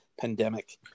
pandemic